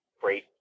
great